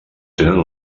tenen